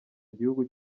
gihugu